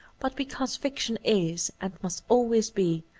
but because fiction is, and must always be,